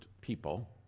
people